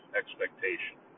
expectation